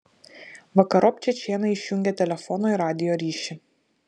vakarop čečėnai išjungė telefono ir radijo ryšį